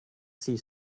see